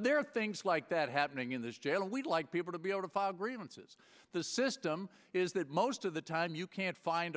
there are things like that happening in this jail we'd like people to be able to file grievances the system is that most of the time you can't find a